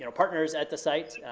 and partners at the site.